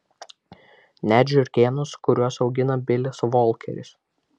net žiurkėnus kuriuos augina bilis volkeris